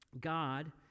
God